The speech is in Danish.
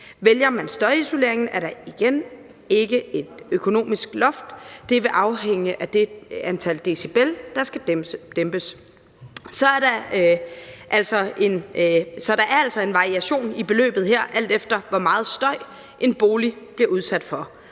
Vælger man støjisoleringen, er der igen ikke et økonomisk loft. Det vil afhænge af det antal decibel, der skal dæmpes. Så der er altså en variation i beløbet her, alt efter hvor meget støj en bolig bliver udsat for.